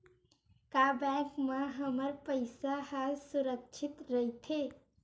का बैंक म हमर पईसा ह सुरक्षित राइथे?